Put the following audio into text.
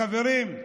חברים,